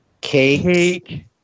cake